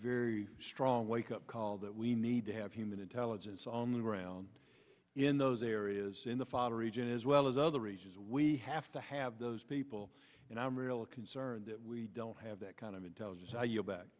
very strong wake up call that we need to have human intelligence on the ground in those areas in the fall region as well as other reasons we have to have those people and i'm real concerned that we don't have that kind of intelligence are you back